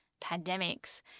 pandemics